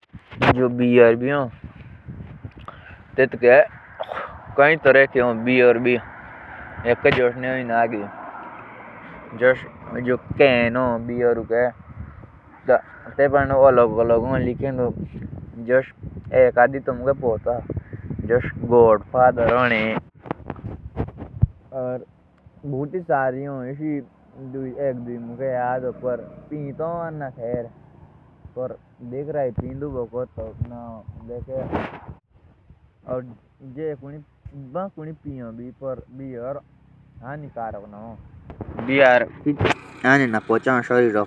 बीआर भी हो तो से खी तरह के हो जोशे कुंझे ही तो चेतो दे हो और कुंझे ही बोतलूडे। कुंझे ही तो गोड फादर हाऊ पर तो खेर आत्मा। पर कुनी जे कम कम भी पीले तो तेसिक भौते आछे हो।